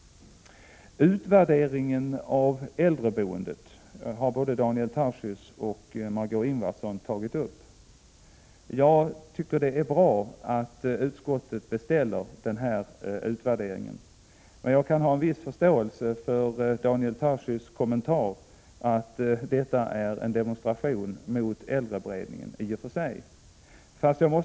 Utvärderingen av äldreboendet är något som både Daniel Tarschys och Margö Ingvardsson har berört. Det är bra att utskottet beställer den här utvärderingen. Men jag kan ha en viss förståelse för Daniel Tarschys kommentar, att detta i och för sig är en demonstration mot äldreberedningen.